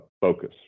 focus